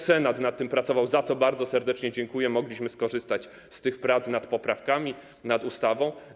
Senat nad tym pracował, za co bardzo serdecznie dziękuję, i mogliśmy skorzystać z tego w trakcie prac nad poprawkami, nad ustawą.